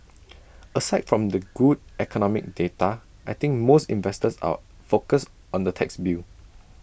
aside from the good economic data I think most investors are focused on the tax bill